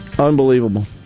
Unbelievable